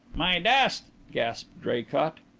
my dust! gasped draycott.